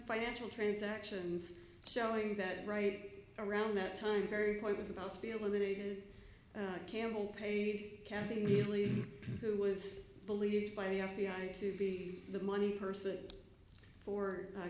financial transactions showing that right around that time very point was about to be eliminated campbell paid kathy really who was believed by the f b i to be the money person for